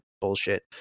bullshit